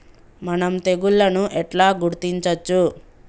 మనం తెగుళ్లను ఎట్లా గుర్తించచ్చు?